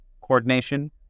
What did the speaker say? coordination